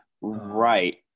Right